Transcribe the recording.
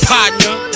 Partner